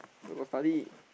where got study